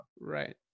Right